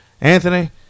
Anthony